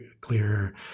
clear